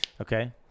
Okay